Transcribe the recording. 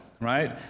right